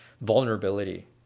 vulnerability